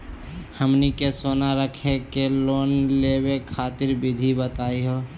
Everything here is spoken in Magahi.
हमनी के सोना रखी के लोन लेवे खातीर विधि बताही हो?